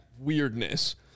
weirdness